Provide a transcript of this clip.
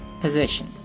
position